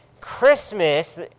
Christmas